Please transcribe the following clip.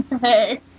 Hey